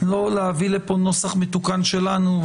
לא להביא לפה נוסח מתוקן שלנו,